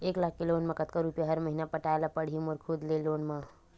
एक लाख के लोन मा कतका रुपिया हर महीना पटाय ला पढ़ही मोर खुद ले लोन मा?